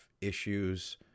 issues